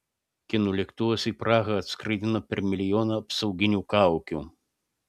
kinų lėktuvas į prahą atskraidino per milijoną apsauginių kaukių